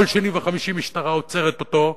כל שני וחמישי משטרה עוצרת אותו.